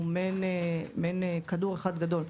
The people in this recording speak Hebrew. הוא מעין כדור אחד גדול.